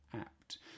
apt